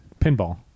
Pinball